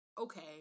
okay